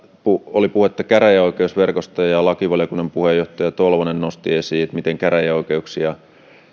oli puhetta käräjäoikeusverkosta ja ja lakivaliokunnan puheenjohtaja tolvanen nosti esiin miten käräjäoikeuksia